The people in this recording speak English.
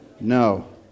No